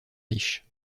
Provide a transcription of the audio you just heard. riche